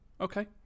okay